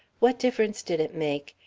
what difference did it make?